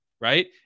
right